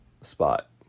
spot